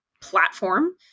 platform